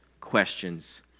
questions